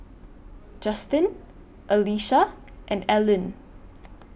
Justen Alesha and Ellyn